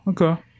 okay